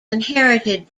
inherited